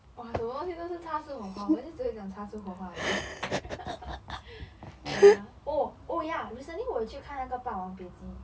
哇什么东西都是擦出火花我也只会讲擦出火花而已 ya oh oh ya recently 我有去看那个霸王别姬